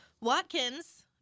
Watkins